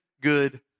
good